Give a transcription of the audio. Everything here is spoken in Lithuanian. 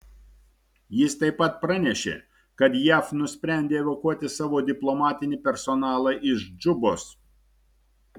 jis taip pat pranešė kad jav nusprendė evakuoti savo diplomatinį personalą iš džubos